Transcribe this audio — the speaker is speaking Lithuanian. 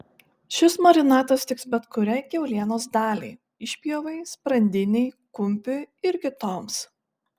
šis marinatas tiks bet kuriai kiaulienos daliai išpjovai sprandinei kumpiui ir kitoms